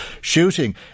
shooting